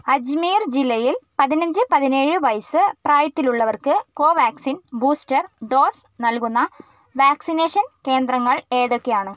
അജ്മീർ ജില്ലയിൽ പതിനഞ്ച് പതിനേഴ് വയസ്സ് പ്രായത്തിലുള്ളവർക്ക് കോവാക്സിൻ ബൂസ്റ്റർ ഡോസ് നൽകുന്ന വാക്സിനേഷൻ കേന്ദ്രങ്ങൾ ഏതൊക്കെയാണ്